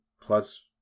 Plus